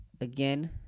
Again